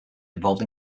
involved